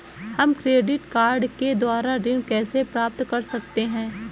हम credit card के द्वारा ऋण कैसे प्राप्त कर सकते हैं?